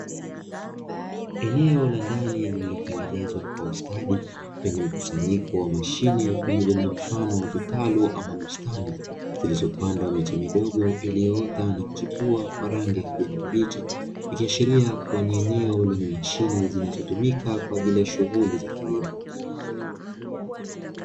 Eneo la ndani lililotengenezwa kwa ustadi lenye mkusanyiko wa mashine pamoja na mfano wa vitalu ama bustani, zilizopandwa miche midogo iliyoota na kuchipua kwa rangi ya kijani kibichi, ikiashiria ni eneo lenye mashine zinazotumika kwa ajili ya shughuli za kilimo.